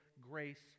grace